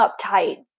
uptight